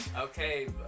Okay